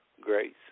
grace